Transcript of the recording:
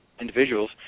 individuals